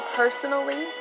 personally